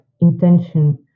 intention